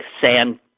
sand